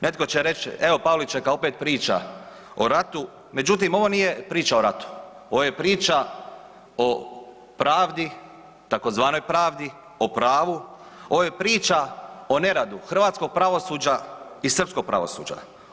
Netko će reći „evo Pavličeka, opet priča o ratu“ međutim ovo nije priča o ratu, ovo je priča o pravdi tzv. pravdi, o pravu, ovo je priča u neradu hrvatskog pravosuđa i srpskog pravosuđa.